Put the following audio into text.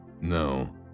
No